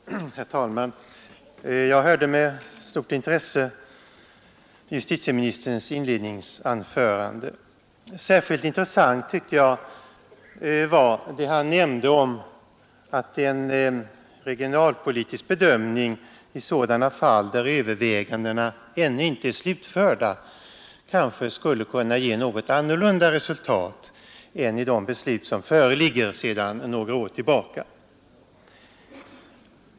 Herr talman! Jag lyssnade med stort intresse på justitieministerns inledningsanförande. Särskilt intressant tyckte jag det var han nämnde om att en regionalpolitisk bedömning i sådana fall där övervägandena ännu inte är slutförda kanske skulle kunna ge ett något annorlunda resultat än de beslut som fattades för några år sedan.